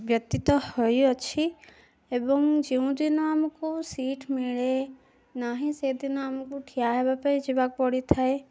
ବ୍ୟତୀତ ହୋଇଅଛି ଏବଂ ଯେଉଁଦିନ ଆମକୁ ସିଟ୍ ମିଳେନାହିଁ ସେଦିନ ଆମକୁ ଠିଆ ହେବା ପାଇଁ ଯିବାକୁ ପଡ଼ିଥାଏ